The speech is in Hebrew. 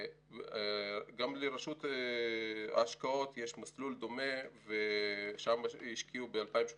גם לרשות ההשקעות יש מסלול דומה ושם השקיעו ב-2018